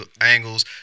angles